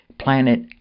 planet